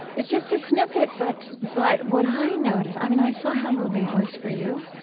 it's just a snippet, but but what i noticed, i mean, i saw how moving it was for you,